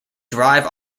drive